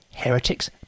heretics